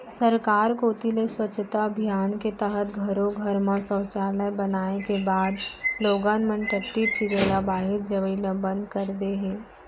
सरकार कोती ले स्वच्छता अभियान के तहत घरो घर म सौचालय बनाए के बाद लोगन मन टट्टी फिरे ल बाहिर जवई ल बंद कर दे हें